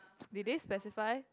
did they specify